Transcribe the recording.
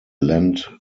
lent